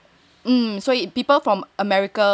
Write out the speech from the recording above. mm 好主意